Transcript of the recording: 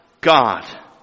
God